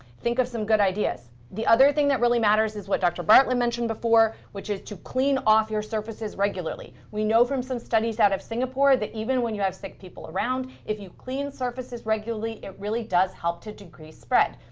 think of some good ideas. the other thing that really matters is what dr. bartlett mentioned before, which is to clean off your surfaces regularly. we know from some studies out of singapore that even when you have sick people around, if you clean surfaces regularly, it really does help to decrease spread.